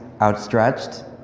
outstretched